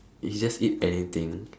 you just eat anything